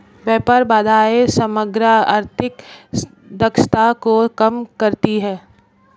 व्यापार बाधाएं समग्र आर्थिक दक्षता को कम करती हैं